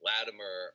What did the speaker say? Latimer